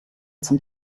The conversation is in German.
zum